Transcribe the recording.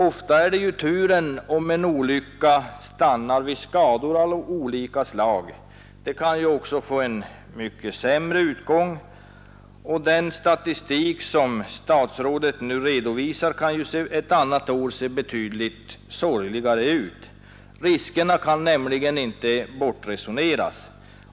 Ofta är det turen som avgör om en olycka stannar vid skador av olika slag. Den kan också få en mycket värre utgång, och den statistik som statsrådet redovisar kan ett annat år se betydligt sorgligare ut. Riskerna kan nämligen inte bortresoneras.